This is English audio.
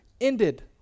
Ended